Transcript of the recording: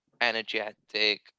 energetic